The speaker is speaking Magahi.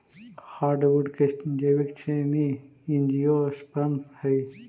हार्डवुड के जैविक श्रेणी एंजियोस्पर्म हइ